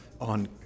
on